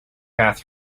path